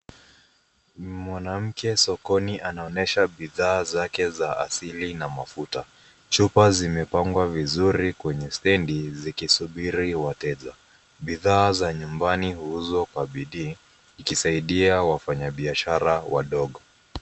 Mwanamke sokoni anaonyesha bidhaa zake za asili na mafuta. Chupa zimepangwa vizuri kwenye stendi zikisubiri wateja. Bidhaa za nyumbani huuzwa kwa bidii, ikisaidia wafanyabishara wadogo.